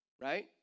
Right